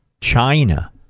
China